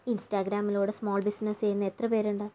ഇൻസ്റ്റഗ്രമിലൂടെ small business ചെയ്യുന്ന എത്ര പേരുണ്ട്